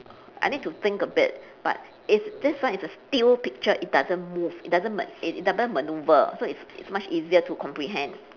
I need to think a bit but if this one is a still picture it doesn't move it doesn't ma~ it doesn't manoeuvre so it's it's much easier to comprehend